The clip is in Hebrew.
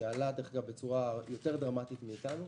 שעלה בצורה יותר דרמטית מאיתנו,